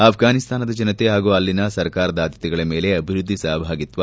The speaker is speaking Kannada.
ಆಫ್ಘಾನಿಸ್ತಾನದ ಜನತೆ ಹಾಗೂ ಅಲ್ಲಿನ ಸರ್ಕಾರದ ಆದ್ಯತೆಗಳ ಮೇಲೆ ಅಭಿವೃದ್ಧಿ ಸಹಭಾಗಿತ್ವ